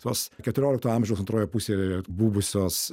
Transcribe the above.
tos keturiolikto amžiaus antroje pusėje buvusios